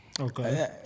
Okay